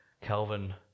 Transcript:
Calvin